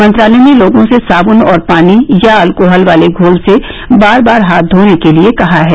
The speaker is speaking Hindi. मंत्रालय ने लोगों से साबून और पानी या एल्कोहल वाले घोल से बार बार हाथ धोने के लिए कहा है